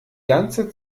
ganze